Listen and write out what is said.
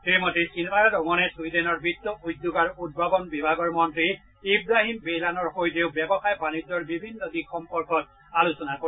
শ্ৰীমতী সীতাৰমণে ছুইডেনৰ বিত্ত উদ্যোগ আৰু উদ্ভাৱন বিভাগৰ মন্ত্ৰী ইৱাহিম বেইলানৰ সৈতেও ব্যৱসায় বাণিজ্যৰ বিভিন্ন দিশ সম্পৰ্কত আলোচনা কৰে